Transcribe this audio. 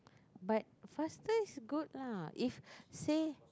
but faster is good lah if say